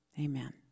amen